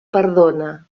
perdona